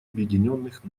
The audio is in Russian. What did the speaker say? объединенных